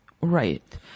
Right